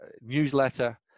newsletter